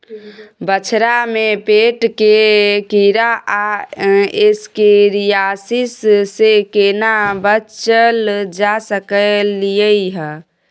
बछरा में पेट के कीरा आ एस्केरियासिस से केना बच ल जा सकलय है?